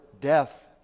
death